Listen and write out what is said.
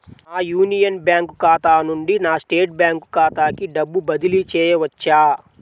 నా Union Bank ఖాతా నుండి నా స్టేట్ బ్యాంకు ఖాతాకి డబ్బు బదిలి చేయవచ్చా?